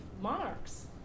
monarchs